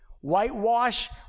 whitewash